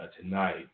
tonight